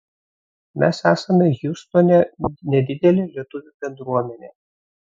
mes esame hjustone nedidelė lietuvių bendruomenė